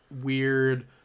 weird